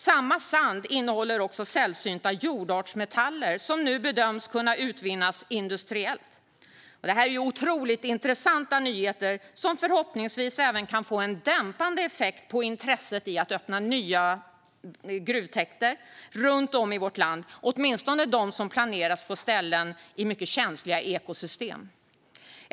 Samma sand innehåller också sällsynta jordartsmetaller, som nu bedöms kunna utvinnas industriellt. Detta är otroligt intressanta nyheter som förhoppningsvis även kan få en dämpande effekt på intresset för att öppna nya gruvtäkter runt om i vårt land, åtminstone när det gäller dem som planeras på ställen i känsliga ekosystem.